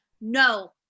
No